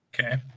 Okay